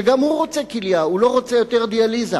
שגם הוא רוצה כליה והוא לא רוצה יותר דיאליזה.